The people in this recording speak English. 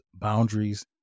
boundaries